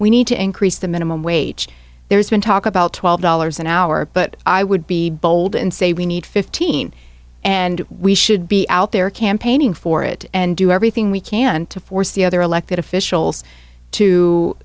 we need to increase the minimum wage there's been talk about twelve dollars an hour but i would be bold and say we need fifteen and we should be out there campaigning for it and do everything we can to force the other elected officials to